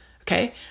okay